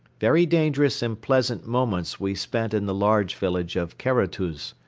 very dangerous and pleasant moments we spent in the large village of karatuz.